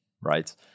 right